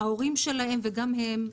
ההורים שלהם וגם הם,